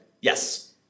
Yes